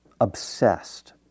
obsessed